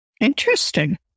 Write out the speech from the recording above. Interesting